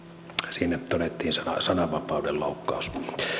siinä todettiin sananvapauden loukkaus